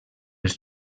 els